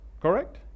Correct